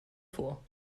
vor